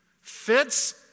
fits